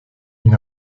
une